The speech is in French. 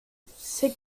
ses